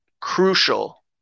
crucial